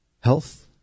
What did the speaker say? health